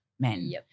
Men